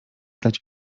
dać